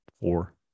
Four